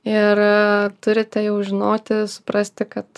ir turite jau žinoti suprasti kad